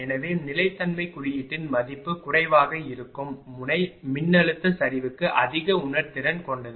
எனவே நிலைத்தன்மை குறியீட்டின் மதிப்பு குறைவாக இருக்கும் முனை மின்னழுத்த சரிவுக்கு அதிக உணர்திறன் கொண்டது